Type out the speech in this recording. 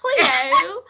cleo